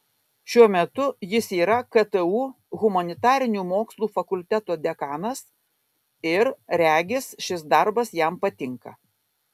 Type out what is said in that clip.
šiuo metu jis yra ktu humanitarinių mokslų fakulteto dekanas ir regis šis darbas jam patinka